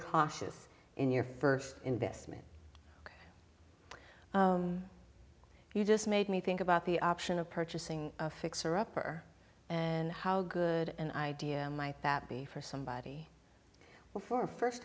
cautious in your first investment you just made me think about the option of purchasing a fixer upper and how good an idea might that be for somebody well for first